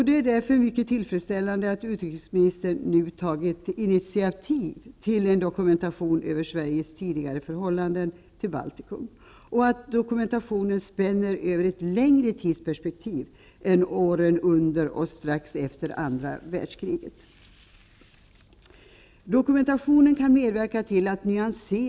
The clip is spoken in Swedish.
Det är mycket tillfredsställande att utrikesministern nu har tagit initiativ till en dokumentation om Sveriges tidigare förhållande till Baltikum och att dokumentationen kommer att avse en längre period än åren under och strax efter andra världskriget. Dokumentationen kan bidra till en nyansering.